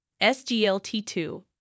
SGLT2